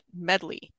medley